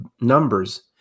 numbers